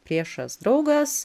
priešas draugas